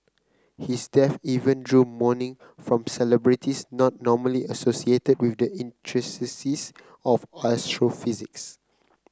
his death even drew mourning from celebrities not normally associated with the intricacies of astrophysics